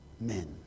men